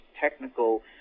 technical